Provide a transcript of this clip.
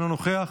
אינו נוכח,